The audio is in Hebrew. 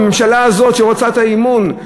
הממשלה הזאת שרוצה את האמון,